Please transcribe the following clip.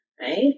right